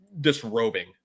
disrobing